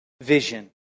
vision